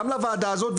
גם לוועדה הזאת,